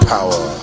Power